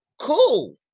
cool